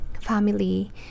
family